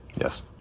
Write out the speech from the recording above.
Yes